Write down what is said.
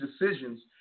decisions